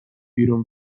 بیرون